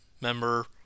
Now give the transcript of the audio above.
member